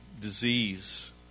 disease